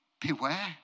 beware